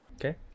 okay